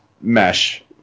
mesh